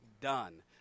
done